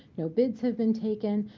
no bids have been taken.